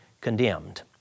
condemned